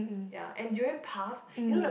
ya and durian puff you know the